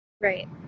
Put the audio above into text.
Right